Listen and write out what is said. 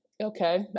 Okay